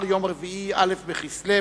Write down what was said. שיצאה ביוזמתו ומתחת ידו של חבר הכנסת אריה אלדד,